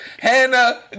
Hannah